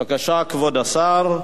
בבקשה, כבוד השר.